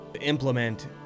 implement